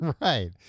Right